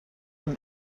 them